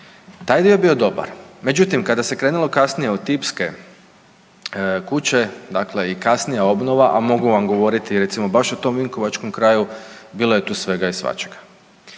Taj dio je bio dobar. Međutim, kada se krenulo kasnije od tipske kuće dakle i kasnija obnova, a mogu vam govoriti recimo o tom vinkovačkom kraju bilo je tu svega i svačega.